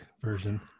version